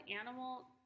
animal